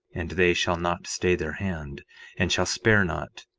and they shall not stay their hand and shall spare not,